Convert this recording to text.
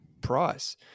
price